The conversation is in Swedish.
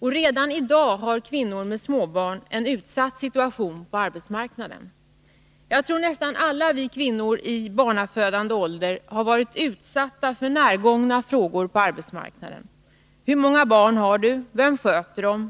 Redan i dag har kvinnor med småbarn en utsatt situation på arbetsmarknaden. Jag tror att nästan alla vi kvinnor i barnfödande ålder har varit utsatta för närgångna frågor på arbetsmarknaden: Hur många barn har du? Vem sköter dem?